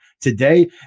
today